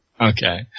Okay